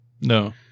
no